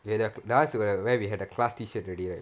ya that [one] was where we had the class t-shirt already right